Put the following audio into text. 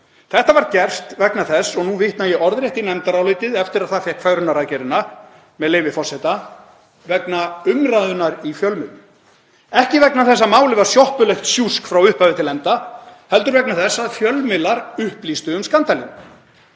Þetta var gert vegna þess, og nú vitna ég orðrétt í nefndarálitið eftir að það fékk fegrunaraðgerðina, með leyfi forseta: Vegna umræðunnar í fjölmiðlum. Ekki vegna þess að málið var sjoppulegt sjúsk frá upphafi til enda heldur vegna þess að fjölmiðlar upplýstu um skandalinn.